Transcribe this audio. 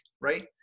right